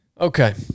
okay